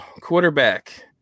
quarterback